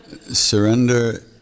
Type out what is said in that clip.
Surrender